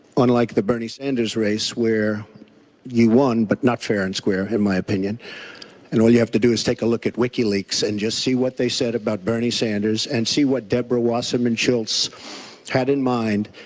unlike the bernie sanders race where you won, but not fair and square, in my opinion and all you have to do is take a look at wikileaks and just see what they said about bernie sanders and see what debra wasserman schultz had in mind,